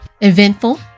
eventful